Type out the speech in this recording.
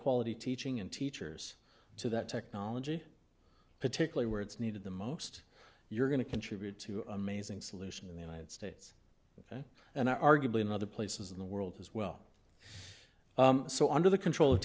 quality teaching and teachers to that technology particularly where it's needed the most you're going to contribute to amazing solution in the united states and are arguably in other places in the world as well so under the control of